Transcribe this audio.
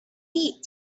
heat